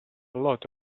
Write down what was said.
lot